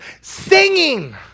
singing